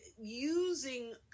using